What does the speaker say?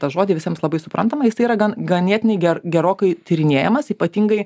tą žodį visiems labai suprantamą jisai yra gan ganėtinai ger gerokai tyrinėjamas ypatingai